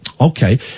Okay